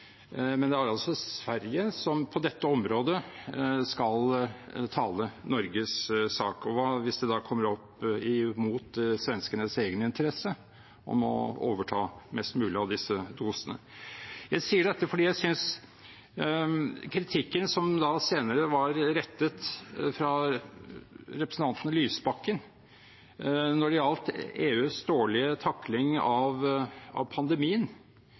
men det er altså Sverige som på dette området skal tale Norges sak. Hva hvis det da kommer opp imot svenskenes egen interesse av å overta flest mulig av disse dosene? Jeg sier dette fordi jeg synes kritikken som senere var rettet fra representanten Lysbakken når det gjaldt EUs dårlige takling av pandemien, ved nærmere ettersyn jo er en kritikk av